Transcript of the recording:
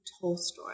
Tolstoy